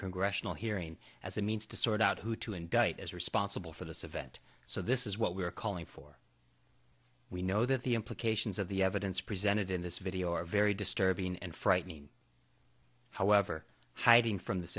congressional hearing as a means to sort out who to indict as responsible for this event so this is what we are calling for we know that the implications of the evidence presented in this video are very disturbing and frightening however hiding from this